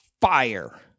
fire